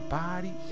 body